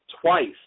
twice